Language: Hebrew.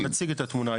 אנחנו נציג את התמונה.